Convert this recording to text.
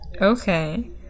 Okay